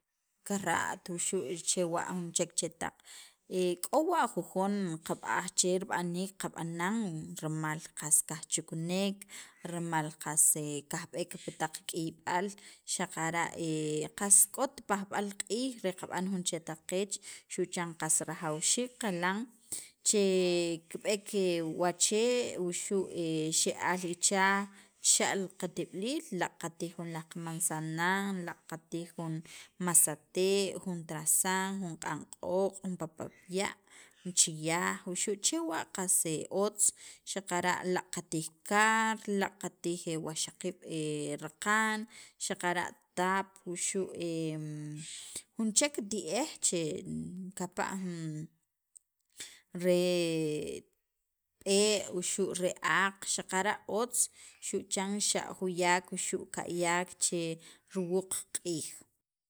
kara't wuxu' chewa' jun chek chetaq k'o wa jujon qab'aj che rib'aniik qab'anan rimal qas kajchukunek rimal qas kajb'eek pi taq k'iyb'al xaqara' qast k'ot pajb'al q'iij re qab'an jun chetaq qeech xu' chan qas rajawxiik qaqilan che kib'eek wachee' wuxu' xe'aal ichal xa'l li qatib'iliil laaq' qatij jun laj qamansanan, laaq' qatij jun masate', jun trasan, jun q'an q'ooq', jun papa'y ya', jun chiyaaj wuxu' chewa' qas otz xaqara' laaq' qatij kar, qatij wajxaqiib' raqan xaqara' tap wuxu' jun chek ti'ej kajpa' jun re b'ee' wuxu' re aaq xaqara' otz xu' chan juyak wuxu' ka'yak che riwuq q'iij.